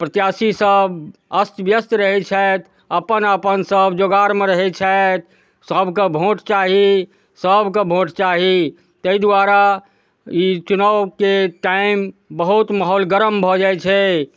प्रत्याशी सब अस्त व्यस्त रहै छथि अपन अपन सब जोगाड़मे रहै छथि सबके वोट चाही सबके वोट चाही तै दुआरे ई चुनावके टाइम बहुत माहौल गरम भऽ जाइ छै